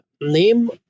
name